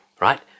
right